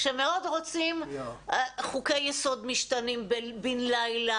כשמאוד רוצים חוקי יסוד משתנים בן לילה.